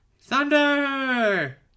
Thunder